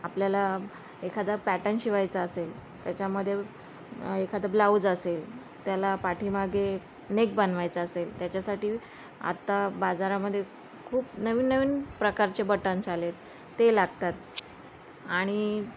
आपल्याला एखादा पॅटर्न शिवायचा असेल त्याच्यामध्ये एखादं ब्लाऊज असेल त्याला पाठीमागे नेक बनवायचा असेल त्याच्यासाठी आत्ता बाजारामधे खूप नवीन नवीन प्रकारचे बटन्स आले आहेत ते लागतात आणि